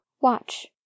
Watch